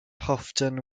houghton